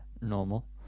normal